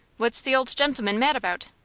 what's the old gentleman mad about?